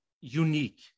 unique